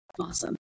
Awesome